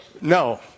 No